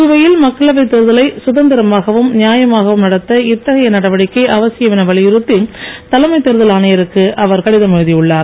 புதுவையில் மக்களவை தேர்தலை சுந்திரமாகவும் நியாயமாகவும் நடத்த இத்தகைய நடவடிக்கை அவசியம் என வலியுறுத்தி தலைமை தேர்தல் ஆணையருக்கு அவர் கடிதம் எழுதியுள்ளார்